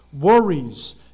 worries